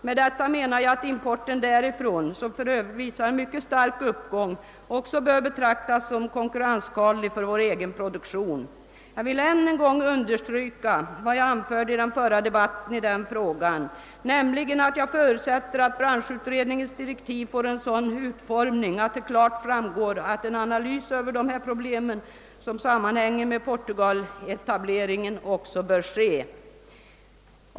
Med detta menar jag att importen därifrån som för övrigt visar en mycket stark uppgång också bör betraktas som konkurrensskadlig för vår egen produktion. Jag vill än en gång understryka vad jag anförde i den förra debatten i denna fråga, nämligen att jag förutsätter att branschutredningens direktiv får en sådan utformning att det klart framgår att en analys över de problem som sammanhänger med Portugal-etableringen också bör ske.